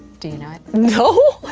do you know it? no.